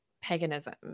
paganism